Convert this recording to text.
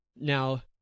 Now